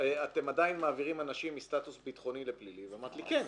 אתם עדיין מעבירים אנשים מסטאטוס ביטחוני לפלילי ואמרת לי כן.